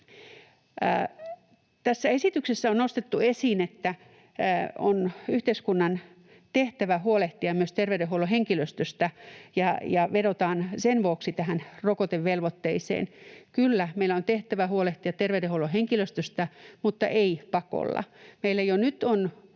Tässä esityksessä on nostettu esiin, että on yhteiskunnan tehtävä huolehtia myös ter-veydenhuollon henkilöstöstä, ja vedotaan sen vuoksi tähän rokotevelvoitteeseen. Kyllä, meillä on tehtävä huolehtia terveydenhuollon henkilöstöstä, mutta ei pakolla. Meillä jo nyt on